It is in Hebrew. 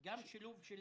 גם שילוב של